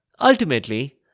Ultimately